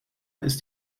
ist